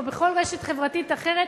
או בכל רשת חברתית אחרת,